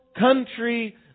country